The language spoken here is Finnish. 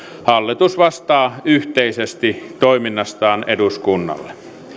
hallitus vastaa yhteisesti toiminnastaan eduskunnalle